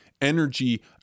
energy